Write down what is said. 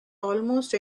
almost